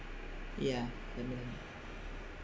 ya